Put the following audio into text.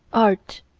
art,